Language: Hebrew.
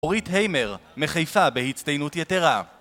אורית היימר, מחיפה בהצטיינות יתרה